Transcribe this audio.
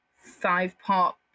five-part